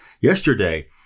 Yesterday